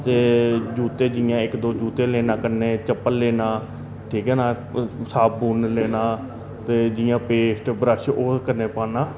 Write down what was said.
ते जूते जि'यां इक दो जूते लेना कन्नै चप्पल लेना ठीक ऐ न उस साबुन लेना ते जियां पेस्ट ब्रश ओह् कन्नै पाना